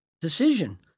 decision